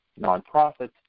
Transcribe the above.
nonprofits